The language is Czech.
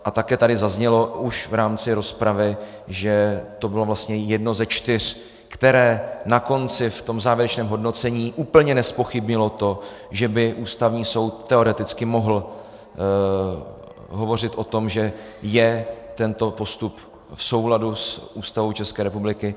A také tady zaznělo už v rámci rozpravy, že to bylo vlastně jedno ze čtyř, které na konci v tom závěrečném hodnocení úplně nezpochybnilo to, že by Ústavní soud teoreticky mohl hovořit o tom, že je tento postup v souladu s Ústavou České republiky.